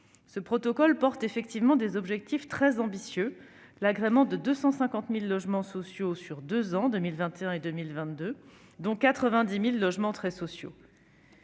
Ce protocole porte effectivement des objectifs très ambitieux : l'agrément de 250 000 logements sociaux sur deux ans, en 2021 et 2022, dont 90 000 logements très sociaux.